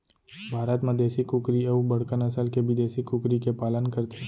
भारत म देसी कुकरी अउ बड़का नसल के बिदेसी कुकरी के पालन करथे